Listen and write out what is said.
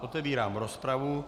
Otevírám rozpravu.